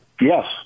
Yes